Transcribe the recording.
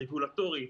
רגולטורי,